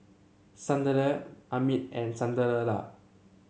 Sunderlal Amit and Sunderlal